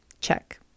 Check